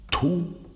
two